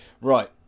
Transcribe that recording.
Right